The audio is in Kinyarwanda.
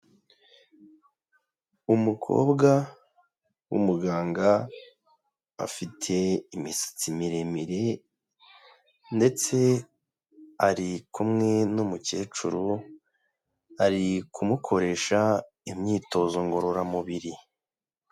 Umukobwa w'umuganga afite imisatsi miremire ndetse ari kumwe n'umukecuru, ari kumukoresha imyitozo ngororamubiri.